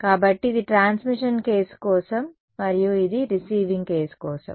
కాబట్టి ఇది transmission case కోసం మరియు ఇది రిసీవింగ్ కేసు కోసం